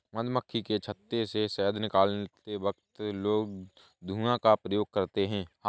मधुमक्खी के छत्ते से शहद निकलते वक्त लोग धुआं का प्रयोग करते हैं